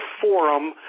forum